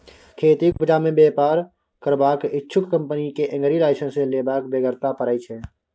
खेतीक उपजा मे बेपार करबाक इच्छुक कंपनी केँ एग्री लाइसेंस लेबाक बेगरता परय छै